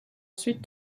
ensuite